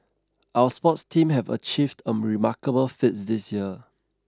our sports team have achieved a remarkable feats this year